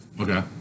Okay